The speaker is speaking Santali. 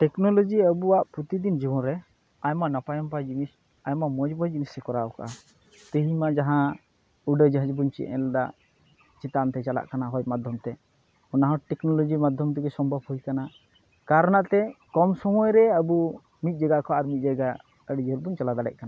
ᱴᱮᱠᱱᱳᱞᱚᱡᱤ ᱟᱵᱚᱣᱟᱜ ᱯᱚᱛᱤᱫᱤᱱ ᱡᱤᱵᱚᱱᱨᱮ ᱟᱭᱢᱟ ᱱᱟᱯᱟᱭ ᱱᱟᱯᱟᱭ ᱡᱤᱱᱤᱥ ᱟᱭᱢᱟ ᱢᱚᱡᱽ ᱢᱚᱡᱽ ᱡᱤᱱᱤᱥᱮ ᱠᱚᱨᱟᱣᱠᱟᱜᱼᱟ ᱛᱮᱦᱮᱧ ᱢᱟ ᱡᱟᱦᱟᱸ ᱩᱰᱟᱹᱜ ᱡᱟᱦᱟᱡᱽᱵᱚᱱ ᱧᱮᱞ ᱮᱫᱟ ᱪᱮᱛᱟᱱᱛᱮ ᱪᱟᱞᱟᱜ ᱠᱟᱱᱟ ᱦᱚᱭ ᱢᱟᱫᱽᱫᱷᱚᱢᱛᱮ ᱚᱱᱟᱦᱚᱸ ᱴᱮᱠᱱᱳᱞᱚᱡᱤ ᱢᱟᱫᱽᱫᱷᱚᱢ ᱛᱮᱜᱮ ᱥᱚᱢᱵᱷᱚᱵᱽ ᱦᱩᱭᱠᱟᱱᱟ ᱠᱟᱨᱱᱟᱛᱮ ᱠᱚᱢ ᱥᱚᱢᱚᱭᱨᱮ ᱟᱵᱚ ᱢᱤᱫ ᱡᱟᱭᱜᱟ ᱠᱷᱚᱱ ᱟᱨ ᱢᱤᱫ ᱡᱟᱭᱜᱟ ᱟᱹᱰᱤ ᱡᱷᱟᱹᱞᱵᱚᱱ ᱪᱟᱞᱟᱣ ᱫᱟᱲᱮᱜ ᱠᱟᱱᱟ